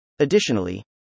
Additionally